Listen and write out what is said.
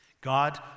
God